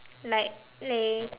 like play